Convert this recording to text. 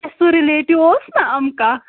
اَسہِ سُہ رِلیٹِو اوس نا اَمہٕ کاکھ